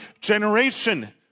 generation